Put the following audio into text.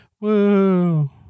Woo